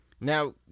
now